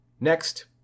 Next